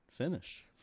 finish